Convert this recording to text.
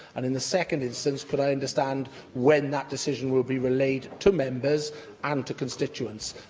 and, in the second instance, could i understand when that decision will be relayed to members and to constituents?